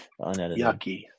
yucky